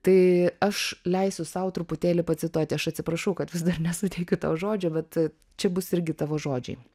tai aš leisiu sau truputėlį pacituoti aš atsiprašau kad vis dar nesuteikiu tau žodžio bet čia bus irgi tavo žodžiai